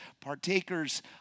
partakers